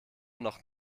noch